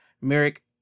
Merrick